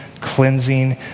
cleansing